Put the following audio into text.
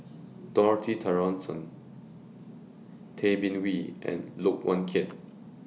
Dorothy Tessensohn Tay Bin Wee and Look Yan Kit